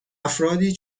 افرادی